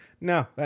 No